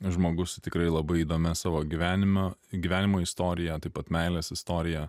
žmogus su tikrai labai įdomia savo gyvenimo gyvenimo istorija taip pat meilės istorija